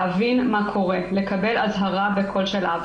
מאיו קליניק: "שימוש בלמינריות רק עם הרדמה מקומית או כללית".